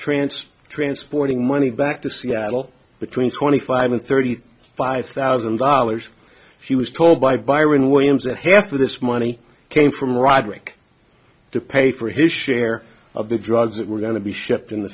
transferred transporting money back to seattle between twenty five and thirty five thousand dollars she was told by byron williams that half of this money came from roderick to pay for his share of the drugs that were going to be shipped in the